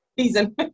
season